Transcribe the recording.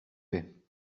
fais